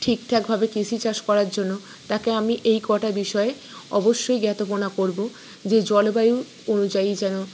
ঠিকঠাকভাবে কৃষি চাষ করার জন্য তাকে আমি এই কটা বিষয়ে অবশ্যই জ্ঞাতপনা করব যে জলবায়ু অনুযায়ী যেন